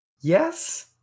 Yes